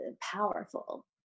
powerful